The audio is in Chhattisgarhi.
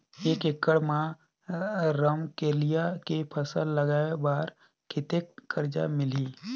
एक एकड़ मा रमकेलिया के फसल लगाय बार कतेक कर्जा मिलही?